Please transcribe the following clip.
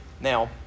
Now